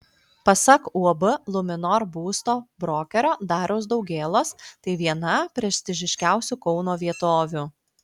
pasak uab luminor būsto brokerio dariaus daugėlos tai viena prestižiškiausių kauno vietovių